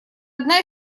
одна